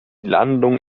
landung